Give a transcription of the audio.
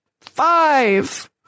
five